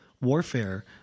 warfare